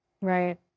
Right